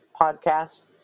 podcast